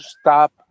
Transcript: stop